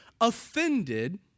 offended